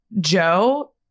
Joe